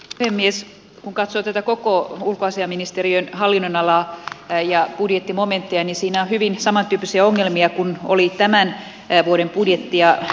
kun katsoo tätä koko ulkoasiainministeriön hallinnonalaa ja budjettimomenttia siinä on hyvin samantyyppisiä ongelmia kuin oli tämän vuoden budjettia päätettäessä